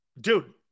Dude